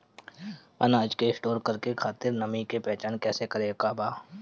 अनाज के स्टोर करके खातिर नमी के पहचान कैसे करेके बा?